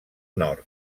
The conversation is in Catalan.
nord